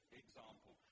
example